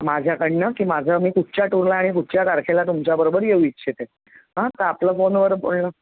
माझ्याकडनं की माझं मी कुठच्या टूरला आहे कुठच्या तारखेला तुमच्या बरोबर येऊ इच्छिते तर आपलं फोनवर बोलणं